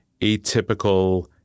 atypical